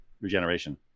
regeneration